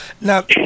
Now